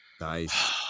nice